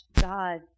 God